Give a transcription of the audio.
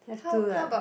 have to lah